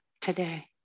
today